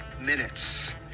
minutes